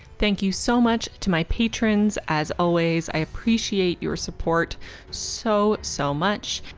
thank you so much to my patrons as always. i appreciate your support so so much.